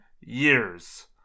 years